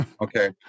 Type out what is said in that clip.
Okay